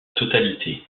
totalité